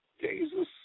Jesus